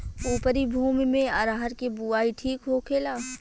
उपरी भूमी में अरहर के बुआई ठीक होखेला?